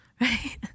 right